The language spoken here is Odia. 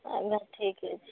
ଆଜ୍ଞା ଠିକ୍ ଅଛି